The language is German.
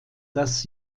das